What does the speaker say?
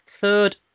third